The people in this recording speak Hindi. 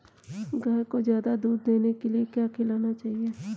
गाय को ज्यादा दूध देने के लिए क्या खिलाना चाहिए?